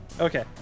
Okay